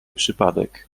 przypadek